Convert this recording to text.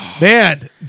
Man